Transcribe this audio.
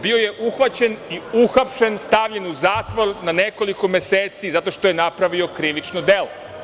Bio je uhvaćen i uhapšen, stavljen u zatvor na nekoliko meseci zato što je napravio krivično delo.